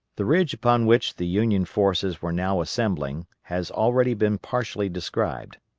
the ridge upon which the union forces were now assembling has already been partially described.